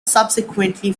subsequently